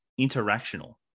interactional